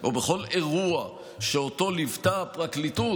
או בכל אירוע שאותו ליוותה הפרקליטות,